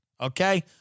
Okay